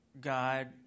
God